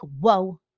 whoa